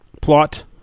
plot